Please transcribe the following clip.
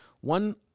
One